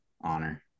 honor